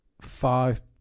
five